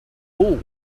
all